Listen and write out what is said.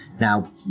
now